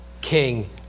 king